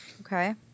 Okay